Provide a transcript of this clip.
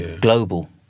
global